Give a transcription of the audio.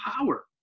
power